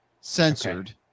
censored